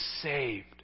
saved